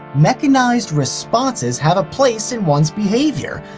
mechanized responses have a place in one's behavior.